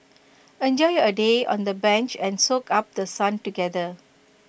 enjoy A day on the bench and soak up The Sun together